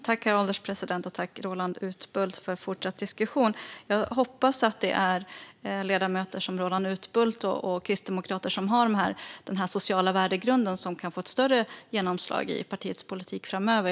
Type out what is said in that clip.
Herr ålderspresident! Jag tackar Roland Utbult för fortsatt diskussion. Jag hoppas att det är ledamöter som Roland Utbult och andra kristdemokrater som har denna sociala värdegrund som kan få ett större genomslag i partiets politik framöver.